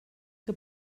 que